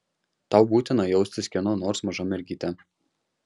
tau būtina jaustis kieno nors maža mergyte